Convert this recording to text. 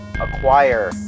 acquire